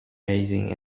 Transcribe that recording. raising